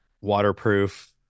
waterproof